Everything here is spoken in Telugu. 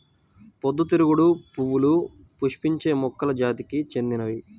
పొద్దుతిరుగుడు పువ్వులు పుష్పించే మొక్కల జాతికి చెందినవి